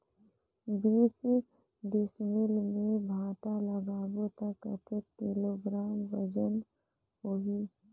बीस डिसमिल मे भांटा लगाबो ता कतेक किलोग्राम वजन होही?